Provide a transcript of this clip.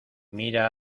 mira